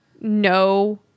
no